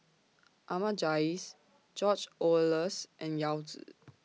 Ahmad Jais George Oehlers and Yao Zi